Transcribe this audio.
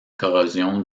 corrosion